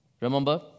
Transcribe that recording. Remember